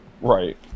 Right